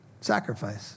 sacrifice